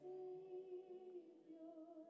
Savior